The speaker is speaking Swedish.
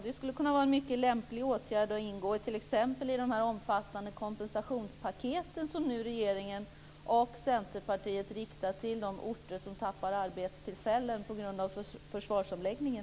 Det skulle kunna vara en mycket lämplig åtgärd och t.ex. ingå i de omfattande kompensationspaket som nu regeringen och Centerpartiet riktar till de orter som tappar arbetstillfällen på grund av försvarsomläggningen.